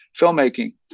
filmmaking